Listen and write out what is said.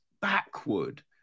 backward